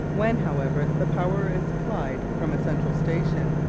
when, however, the power is supplied from a central station,